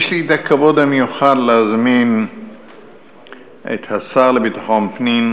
יש לי הכבוד המיוחד להזמין את השר לביטחון פנים,